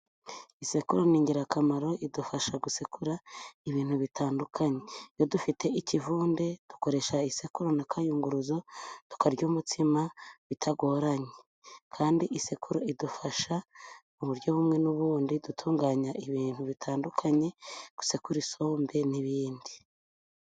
Isekuru ni ingirakamaro idufasha gusekura ibintu bitandukanye ;iyo dufite ikivunde dukoresha isekuru na kayunguruzo tukarya umutsima bitagoranye kandi isekuru idufasha mu buryo bumwe n'ubundi dutunganya ibintu bitandukanye gusekura isombe n'ibindi.